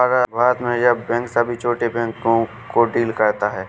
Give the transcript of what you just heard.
भारत में reserve bank सभी छोटे बैंक को डील करता है